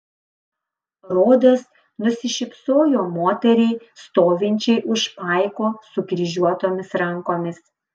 rodas nusišypsojo moteriai stovinčiai už paiko sukryžiuotomis rankomis